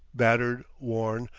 battered, worn,